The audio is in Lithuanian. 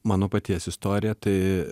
mano paties istorija tai